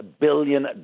billion